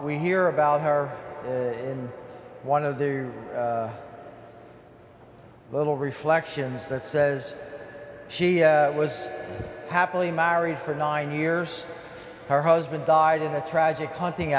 we hear about her in one of the little reflections that says she was happily married for nine years her husband died in a tragic hunting